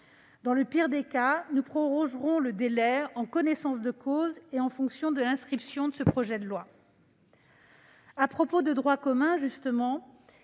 Dans le pire des cas, nous prorogerons le délai en connaissance de cause et en fonction de l'inscription de ce projet de loi. À propos de droit commun, je